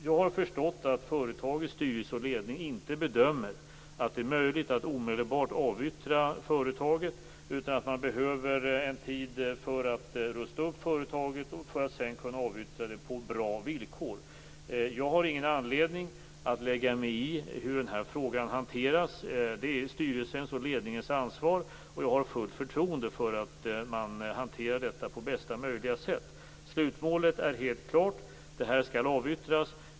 Jag har förstått att företagets styrelse och ledning inte bedömer att det är möjligt att omdelbart avyttra företaget, utan att man behöver en tid för att rusta upp företaget för att sedan kunna avyttra det på bra villkor. Jag har ingen anledning att lägga mig i hur denna fråga hanteras. Det är styrelsens och ledningens ansvar, och jag har fullt förtroende för att man hanterar detta på bästa möjliga sätt. Slutmålet är helt klart. Agenturen skall avyttras.